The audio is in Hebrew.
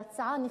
וההצעה נחסמה.